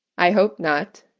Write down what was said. i hope not,